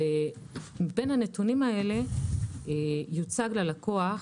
מבין הנתונים האלה יוצג ללקוח